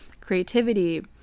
creativity